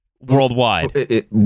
worldwide